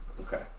Okay